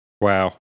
Wow